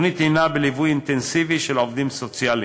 בליווי אינטנסיבי של עובדים סוציאליים.